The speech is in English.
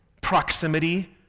Proximity